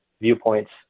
viewpoints